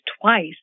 twice